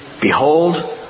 Behold